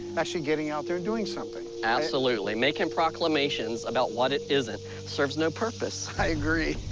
actually getting out there and doing something. absolutely. making proclamations about what it isn't serves no purpose. i agree.